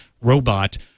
robot